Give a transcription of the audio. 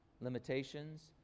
limitations